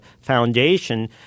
foundation